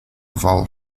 val